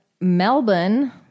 Melbourne